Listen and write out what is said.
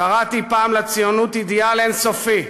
"קראתי פעם לציונות אידיאל אין-סופי,